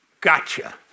gotcha